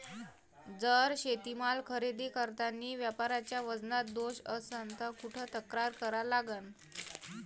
जर शेतीमाल खरेदी करतांनी व्यापाऱ्याच्या वजनात दोष असन त कुठ तक्रार करा लागन?